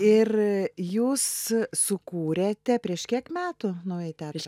ir jūs sukūrėte prieš kiek metų naująjį teatrą